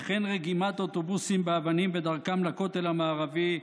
וכן לרגימת אוטובוסים באבנים בדרכם לכותל המערבי,